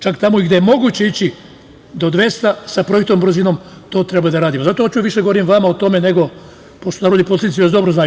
Čak tamo gde je moguće ići do 200, sa projektnom brzinom, to treba da radimo i zato hoću više da govorim vama o tome, pošto narodni poslanici dobro to znaju.